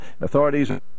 Authorities